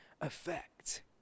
effect